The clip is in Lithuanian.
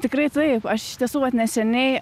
tikrai taip aš iš tiesų vat neseniai